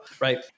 Right